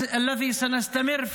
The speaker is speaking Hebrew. חבר הכנסת נאור שירי,